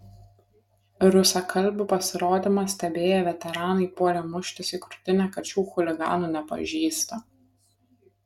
rusakalbių pasirodymą stebėję veteranai puolė muštis į krūtinę kad šių chuliganų nepažįsta